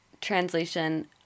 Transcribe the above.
translation